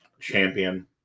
Champion